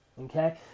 Okay